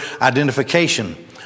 identification